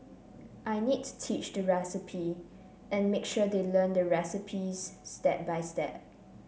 I need to teach the recipe and make sure they learn the recipes step by step